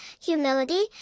humility